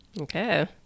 Okay